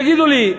תגידו לי,